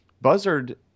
buzzard